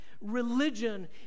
religion